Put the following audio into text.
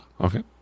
Okay